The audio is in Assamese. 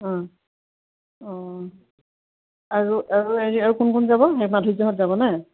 অঁ অঁ আৰু আৰু হেৰি আৰু কোন কোন যাব সেই মাধুৰ্য্যহঁত যাব নে